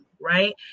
right